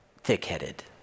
thick-headed